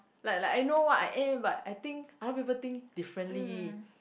like like I know what I am but I think other people think differently